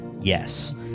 Yes